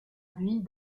vie